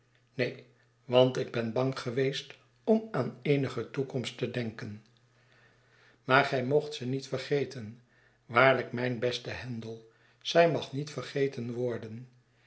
neen want ik ben bang geweest om aan eenige toekomst te denken maar gij moogt ze niet vergeten waarlijk mijn beste handel zij mag niet vergeten worden